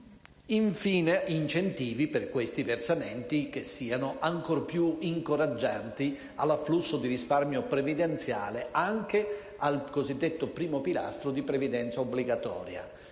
avrò); incentivi per questi versamenti che siano ancor più incoraggianti all'afflusso di risparmio previdenziale anche al cosiddetto primo pilastro di previdenza obbligatoria;